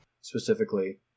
specifically